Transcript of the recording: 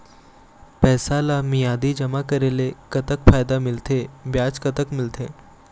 पैसा ला मियादी जमा करेले, कतक फायदा मिलथे, ब्याज कतक मिलथे?